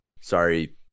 Sorry